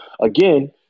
again